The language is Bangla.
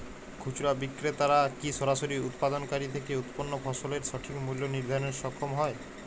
খুচরা বিক্রেতারা কী সরাসরি উৎপাদনকারী থেকে উৎপন্ন ফসলের সঠিক মূল্য নির্ধারণে সক্ষম হয়?